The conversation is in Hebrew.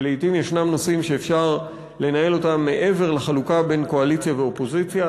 שלעתים יש נושאים שאפשר לנהל אותם מעבר לחלוקה בין קואליציה ואופוזיציה,